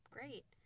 Great